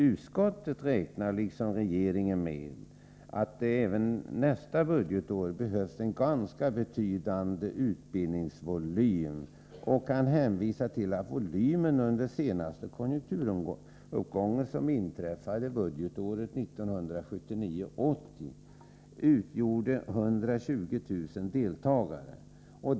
Utskottet räknar med, liksom regeringen, att det även nästa budgetår behövs en ganska betydande utbildningsvolym och kan hänvisa till att volymen under den senaste konjukturuppgången, som inträffade budgetåret 1979/80, utgjorde 120 000 deltagare.